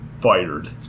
fired